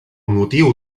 motiu